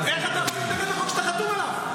איך אתה יכול להתנגד לחוק שאתה חתום עליו?